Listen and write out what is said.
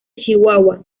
chihuahua